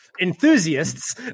enthusiasts